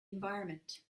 environment